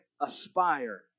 Aspire